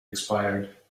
expired